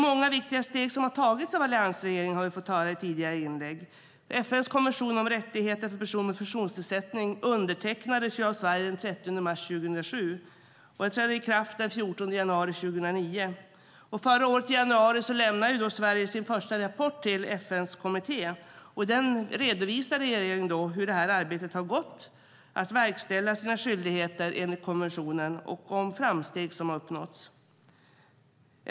Många viktiga steg har tagits av alliansregeringen, har vi fått höra i tidigare inlägg. FN:s konvention om rättigheter för personer med funktionsnedsättning undertecknades av Sverige den 30 mars 2007. Den trädde i kraft den 14 januari 2009. Förra året i januari lämnade Sverige sin första rapport till FN:s kommitté. I den redovisar regeringen hur arbetet har gått med att verkställa sina skyldigheter enligt konventionen och om framsteg som uppnåtts.